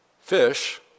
fish